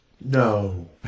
No